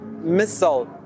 missile